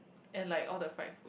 and like all the fried food